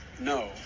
No